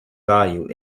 value